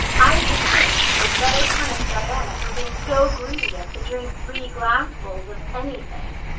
i should think she would better punish diana for being so greedy as to drink three glassfuls of anything,